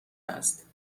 است